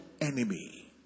enemy